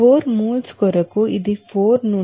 4 moles కొరకు ఇది 4 నుండి 21